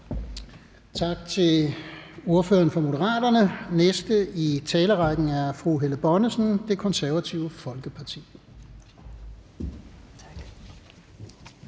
Tak til ordføreren for Moderaterne. Den næste i talerrækken er fru Helle Bonnesen, Det Konservative Folkeparti.